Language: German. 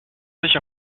sich